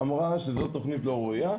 אמרה שזאת תוכנית לא ראויה,